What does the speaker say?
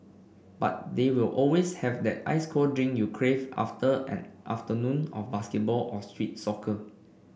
but they will always have that ice cold drink you crave after an afternoon of basketball or street soccer